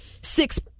six